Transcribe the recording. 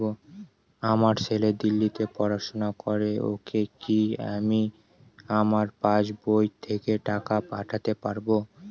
আমার ছেলে দিল্লীতে পড়াশোনা করে ওকে কি আমি আমার পাসবই থেকে টাকা পাঠাতে পারব?